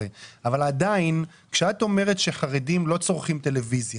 אבל עדיין כשאת אומרת שחרדים לא צורכים טלוויזיה